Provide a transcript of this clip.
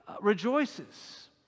rejoices